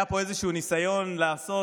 היה פה איזה ניסיון לעשות